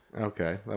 Okay